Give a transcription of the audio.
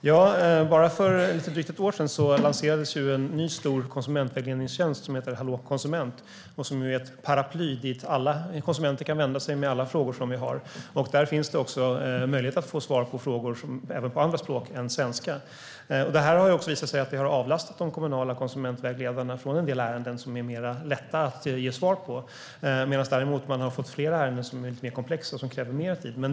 Fru talman! För drygt ett år sedan lanserades en ny, stor konsumentvägledningstjänst som heter Hallå konsument. Den är ett paraply dit alla konsumenter kan vända sig med sina frågor. Här kan man också få svar på andra språk än svenska. Detta har avlastat de kommunala konsumentvägledarna från en del ärenden som är enklare att ge svar på. Däremot har de fått fler ärenden som är mer komplexa och som kräver mer tid.